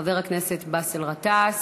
חבר הכנסת באסל גטאס.